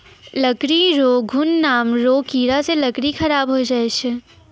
लकड़ी रो घुन नाम रो कीड़ा से लकड़ी खराब होय जाय छै